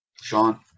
Sean